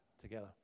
together